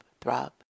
throb